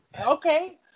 okay